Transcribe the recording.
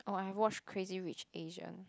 oh I have watched Crazy-Rich-Asian